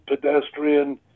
pedestrian